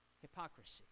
hypocrisy